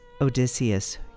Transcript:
Odysseus